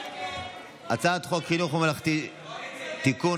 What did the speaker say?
הצעת חוק חינוך מממלכתי (תיקון,